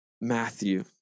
Matthew